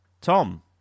Tom